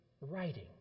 writing